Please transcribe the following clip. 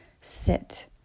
sit